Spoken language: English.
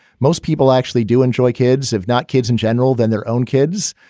most people actually do enjoy kids, if not kids in general than their own kids.